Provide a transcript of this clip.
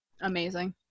amazing